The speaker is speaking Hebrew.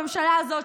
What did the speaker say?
בממשלה הזאת,